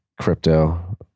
crypto